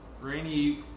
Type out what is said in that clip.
rainy